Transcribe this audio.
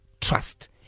trust